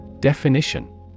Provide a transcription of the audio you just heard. Definition